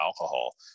alcohol